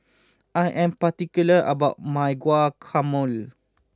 I am particular about my Guacamole